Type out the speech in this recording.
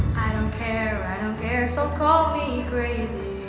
i don't care i don't care. so call me crazy